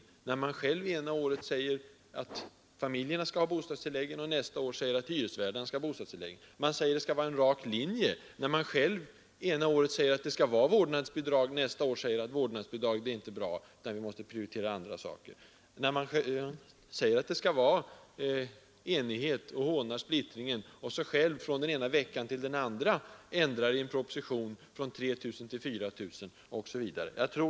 Själv säger man det ena året att familjerna skall ha bostadstilläggen och nästa år att de skall utbetalas till hyresvärdarna. Regeringen vill att vi skall ha en rak linje, men själv säger den det ena året att det skall vara vårdnadsbidrag och nästa år att vårdnadsbidrag inte är bra. Man hånar splittringen inom borgerligheten, men själv ändrar man från den ena veckan till den andra i en proposition från 3 000 till 4 000 osv.